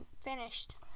finished